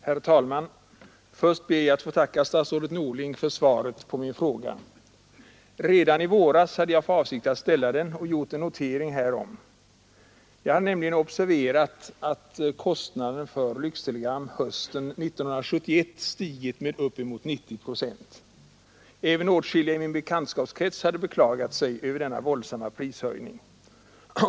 Herr talman! Först ber jag att få tacka statsrådet Norling för svaret på min fråga. Redan i våras hade jag för avsikt att ställa den, och jag hade gjort en notering därom. Jag hade nämligen hösten 1971 observerat att kostnaden för lyxtelegram hade stigit med uppemot 90 procent. Även åtskilliga personer i min bekantskapskrets hade beklagat sig över denna våldsamma prishöjning.